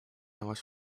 hours